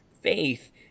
faith